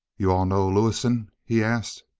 you-all know lewison? he asked.